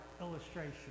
illustration